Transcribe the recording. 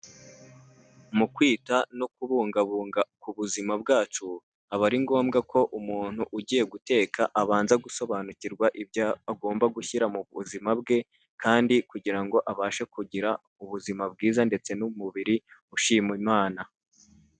Mu kwita no kubungabunga ku buzima bwacu, aba ari ngombwa ko umuntu ugiye guteka abanza gusobanukirwa ibyo agomba gushyira mu buzima bwe, kandi kugira ngo abashe kugira ubuzima bwiza ndetse n'umubiri ushima Imana.